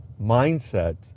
mindset